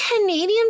Canadian